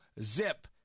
zip